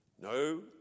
No